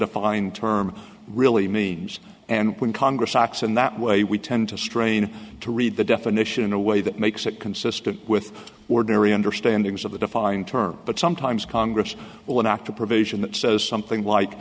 defined term really means and when congress acts in that way we tend to strain to read the definition in a way that makes it consistent with ordinary understandings of the defined term but sometimes congress will enact a provision that says something like